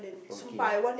okay ah